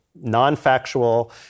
non-factual